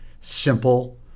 simple